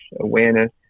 awareness